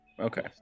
okay